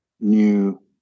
new